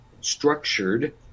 structured